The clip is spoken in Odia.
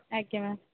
ଆଜ୍ଞା ମ୍ୟାମ୍